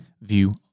view